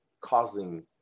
causing